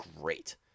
great